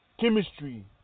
Chemistry